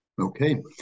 Okay